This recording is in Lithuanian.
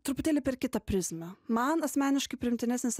truputėlį per kitą prizmę man asmeniškai priimtinesnis